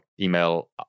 email